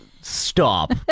Stop